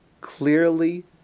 clearly